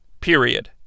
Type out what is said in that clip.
Period